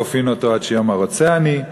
כופין אותו עד שיאמר רוצה אני,